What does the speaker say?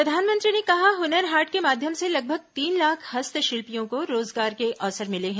प्रधानमंत्री ने कहा हुनर हाट के माध्यम से लगभग तीन लाख हस्तशिल्पियों को रोजगार के अवसर मिले हैं